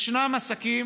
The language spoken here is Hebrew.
ישנם עסקים